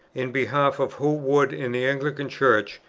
in behalf of who would in the anglican church,